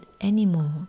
anymore